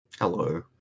Hello